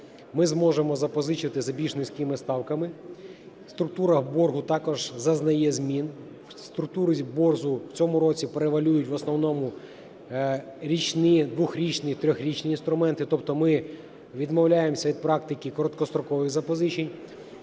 Ми зможемо запозичити за більш низькими ставками. Структура боргу також зазнає змін. В структурі боргу в цьому році превалюють в основному річні, дворічні і трирічні інструменти, тобто ми відмовляємося від практики короткострокових запозичень.